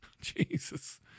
Jesus